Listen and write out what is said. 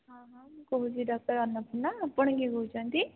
ହଁ ହଁ ମୁଁ କହୁଛି ଡକ୍ଟର ଅନ୍ନପୂର୍ଣ୍ଣା ଆପଣ କିଏ କହୁଛନ୍ତି